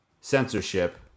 censorship